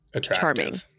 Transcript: charming